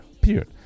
period